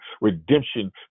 redemption